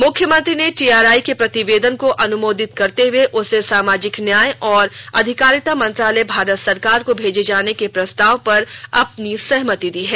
मुख्यमंत्री ने टीआरआई के प्रतिवेदन को अनुमोदित करते हुए उसे सामाजिक न्याय और अधिकारिता मंत्रालय भारत सरकार को भेजे जाने के प्रस्ताव पर अपनी सहमति दी है